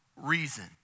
reason